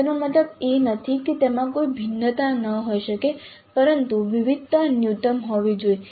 તેનો મતલબ એ નથી કે તેમાં કોઈ ભિન્નતા ન હોઈ શકે પરંતુ વિવિધતા ન્યૂનતમ હોવી જોઈએ